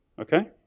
Okay